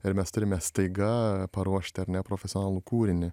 ir mes turime staiga paruošti ar ne profesionalų kūrinį